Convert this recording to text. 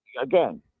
again